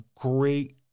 great